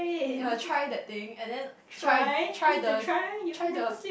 ya try that thing and then try try the try the